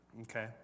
Okay